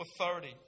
authority